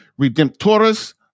Redemptoris